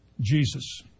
Jesus